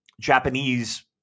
Japanese